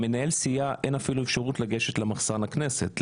למנהל סיעה אין אפילו אפשרות לגשת למחסן הכנסת.